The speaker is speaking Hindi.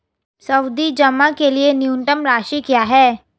सावधि जमा के लिए न्यूनतम राशि क्या है?